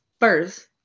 first